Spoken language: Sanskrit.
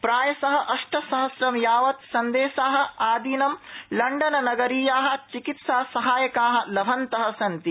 प्रायस अष्टसहघ्रं यावत् संदेशा आदिनं लण्डन नगरीया चिकित्सासहायका लभन्त सन्ति